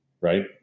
Right